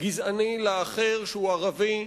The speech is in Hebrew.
גזעני לאחר שהוא ערבי,